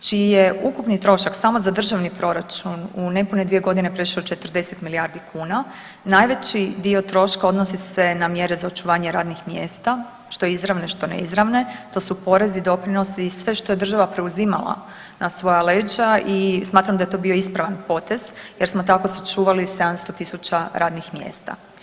čiji je ukupni trošak samo za državni proračun u nepune dvije godine prešao 40 milijardi kuna, najveći dio troška odnosi se na mjere za očuvanje radnih mjesta što izravne, što ne izravne, to su porezi, doprinosi i sve što je država preuzimala na svoja leđa i smatram da je to bio ispravan potez jer smo tako sačuvali 700.000 radnih mjesta.